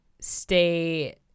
stay